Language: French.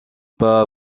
pas